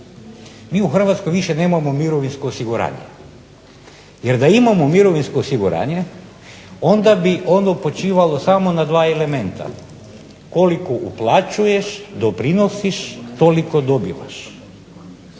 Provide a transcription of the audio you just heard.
Mi u Hrvatskoj više nemamo mirovinsko osiguranje jer da imamo mirovinsko osiguranje onda bi ono počivalo samo na dva elementa: koliko uplaćuješ, doprinosiš, toliko dobivaš.